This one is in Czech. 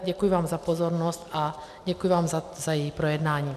Děkuji vám za pozornost a děkuji vám za její projednání.